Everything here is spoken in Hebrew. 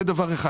זה דבר אחד.